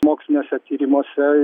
moksliniuose tyrimuose